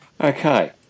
Okay